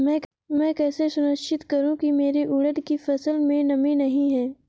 मैं कैसे सुनिश्चित करूँ की मेरी उड़द की फसल में नमी नहीं है?